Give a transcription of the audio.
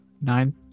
Nine